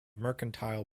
mercantile